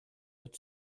had